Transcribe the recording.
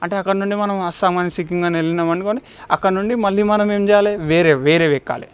అంటే అక్కడ నుండి మనము అస్సాం కాని సిక్కిం కాని వెళ్ళినం అనుకోండి అక్కడ నుండి మనం ఎం చేయాలె వేరే వేరేవెక్కాలి